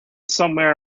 somewhere